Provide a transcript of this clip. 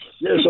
Yes